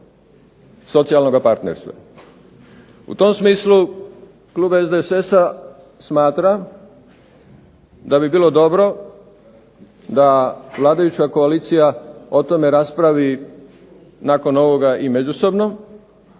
socijalnoga partnerstva. U tom smislu klub SDSS-a smatra da bi bilo dobro da vladajuća koalicija o tome raspravi nakon ovoga i međusobno,